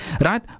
Right